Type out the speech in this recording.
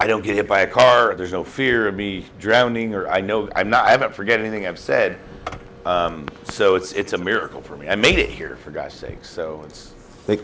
i don't get hit by a car there's no fear of me drowning or i know i'm not i don't forget anything i've said so it's a miracle for me i made it here for god's sake so